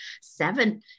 seven